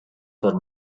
for